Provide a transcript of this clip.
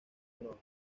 honor